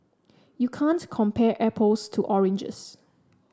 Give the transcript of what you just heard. you can't compare apples to oranges